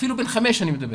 אפילו בן 5 אני מדבר.